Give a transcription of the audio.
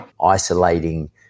isolating